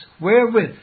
wherewith